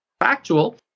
factual